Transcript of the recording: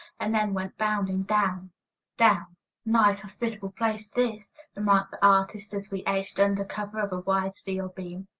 and then went bounding down down nice, hospitable place, this! remarked the artist, as we edged under cover of a wide steel beam.